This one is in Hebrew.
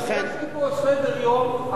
ולכן, אבל יש לי פה סדר-יום 4,